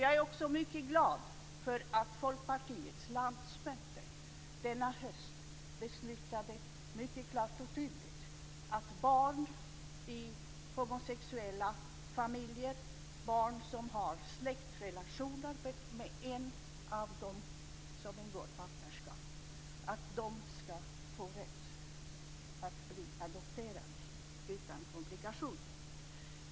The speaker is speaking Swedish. Jag är också mycket glad över att Folkpartiets landsmöte i höstas mycket klart och tydligt beslutade att barn i homosexuella familjer, barn som har släktrelationer med en av dem som ingår partnerskap, ska få rätten att bli adopterade utan komplikation.